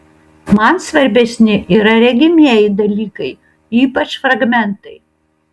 man svarbesni yra regimieji dalykai ypač fragmentai